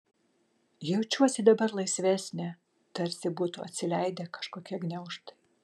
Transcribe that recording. jaučiuosi dabar laisvesnė tarsi būtų atsileidę kažkokie gniaužtai